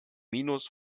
minus